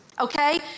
Okay